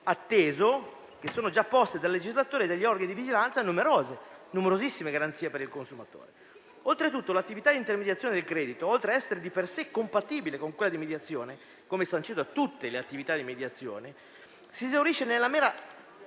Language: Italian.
atteso che sono già poste dal legislatore e dagli organi di vigilanza numerosissime garanzie per il consumatore. Oltretutto l'attività di intermediazione del credito, oltre ad essere di per sé compatibile con quella di mediazione, come sancito per tutte le attività di mediazione, si esaurisce nella mera